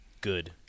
Good